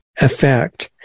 effect